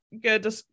Good